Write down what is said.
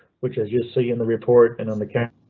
which is just see in the report and on the counter.